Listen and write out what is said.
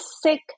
sick